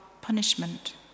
punishment